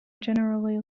generally